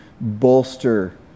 bolster